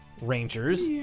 Rangers